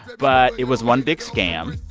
but it was one big scam.